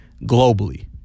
globally